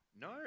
No